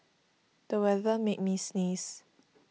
the weather made me sneeze